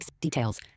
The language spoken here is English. details